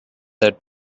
that